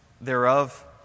thereof